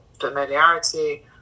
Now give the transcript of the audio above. familiarity